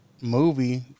movie